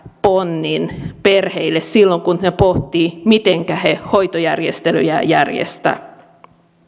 ponnin perheille silloin kun he pohtivat mitenkä he hoitojärjestelyjä järjestävät